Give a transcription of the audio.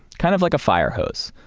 kind of like a firehose.